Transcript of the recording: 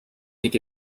think